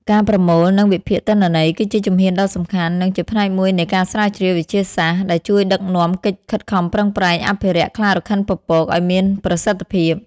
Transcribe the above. ការប្រមូល និងវិភាគទិន្នន័យគឺជាជំហានដ៏សំខាន់ និងជាផ្នែកមួយនៃការស្រាវជ្រាវវិទ្យាសាស្ត្រ ដែលជួយដឹកនាំកិច្ចខិតខំប្រឹងប្រែងអភិរក្សខ្លារខិនពពក ឲ្យមានប្រសិទ្ធភាព។